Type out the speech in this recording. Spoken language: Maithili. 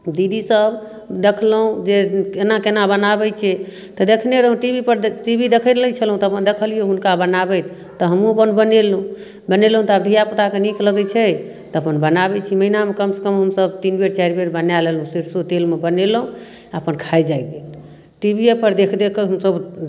दीदी सब देखलहुँ जे केना केना बनाबै छै तऽ देखने रहौं टी वी पर जे टी वी देखने छलहुँ तऽ अपन देखलियै हुनका बनाबैत तऽ हमहूँ अपन बनेलहुँ बनेलहुँ तऽ आब धियापुताके नीक लगै छै तऽ अपन बनाबै छी महिनामे कमसँ कम हमसब तीन बेर चारि बेर बना लेलहुँ सरिसो तेलमे बनेलहुँ आओर अपन खाइ जाइ गेल टी वी एपर देख देख कऽ हमसब